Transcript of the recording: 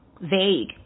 vague